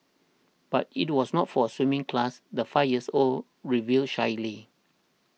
but it was not for a swimming class the five years old revealed shyly